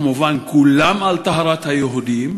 כולם כמובן על טהרת היהודים,